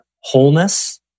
wholeness